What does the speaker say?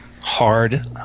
hard